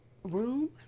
room